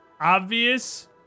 obvious